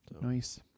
Nice